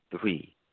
three